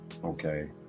Okay